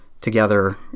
together